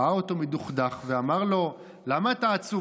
ראה אותו מדוכדך ואמר לו: למה אתה עצוב,